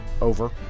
Over